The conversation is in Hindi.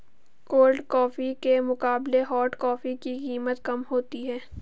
कोल्ड कॉफी के मुकाबले हॉट कॉफी की कीमत कम होती है